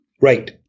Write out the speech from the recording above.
Right